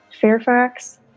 Fairfax